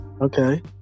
okay